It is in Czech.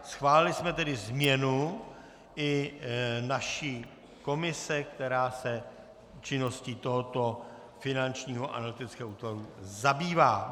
Schválili jsme tedy změnu i naší komise, která se činností tohoto Finančního analytického útvaru zabývá.